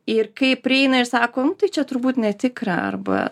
ir kai prieina ir sako nu tai čia turbūt netikra arba